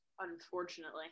Unfortunately